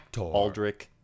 Aldrich